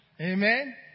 amen